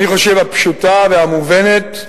אני חושב, הפשוטה והמובנת,